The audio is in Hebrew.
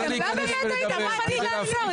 לא באמת הייתם מוכנים לעצור.